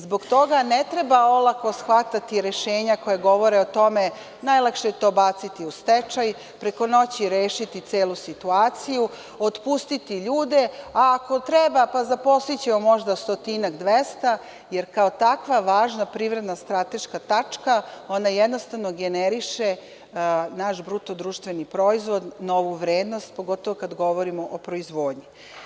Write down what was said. Zbog toga ne treba olako shvatati rešenja koja govore o tome, najlakše je to baciti u stečaj, preko noći rešiti celu situaciju, otpustiti ljude, a ako treba zaposlićemo možda stotinak, dvesta, jer kao takva važna privredna strateška tačka ona jednostavno generiše naš BDP, novu vrednost, pogotovo kada govorimo o proizvodnji.